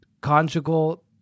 Conjugal